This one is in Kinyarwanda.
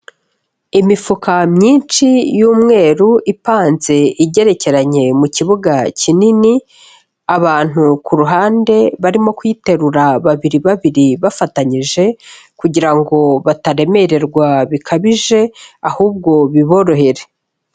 Imifuka myinshi y'umweru ipanze igerekeranye mu kibuga kinini, abantu ku ruhande barimo kuyiterura babiri babiri bafatanyije, kugira ngo bataremererwa bikabije ahubwo biborohere.